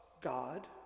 God